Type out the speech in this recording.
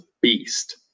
beast